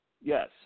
Yes